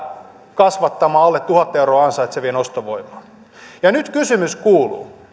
kasvattamaan alle tuhat euroa ansaitsevien ostovoimaa kysymys kuuluu